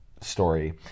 story